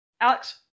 Alex